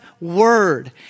word